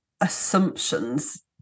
assumptions